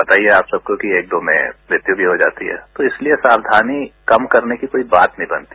पता ही है आप सबको कि एक दो में मृत्यू भी हो जाती है तो इसलिए सावधानी कम करने की कोई बात नहीं बनती